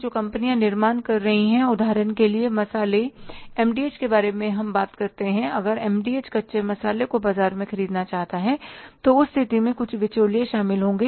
जो कंपनियां निर्माण कर रही हैं उदाहरण के लिए मसाले एमडीएच के बारे में हम बात करते हैं अगर एमडीएच कच्चे मसाले को बाजार से खरीदना चाहते हैं तो उस स्थिति में कुछ बिचौलिए शामिल होंगे